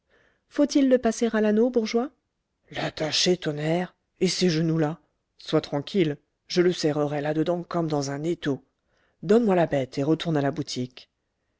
faut-il le passer à l'anneau bourgeois l'attacher tonnerre et ces genoux là sois tranquille je le serrerai là-dedans comme dans un étau donne-moi la bête et retourne à la boutique